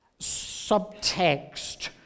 Subtext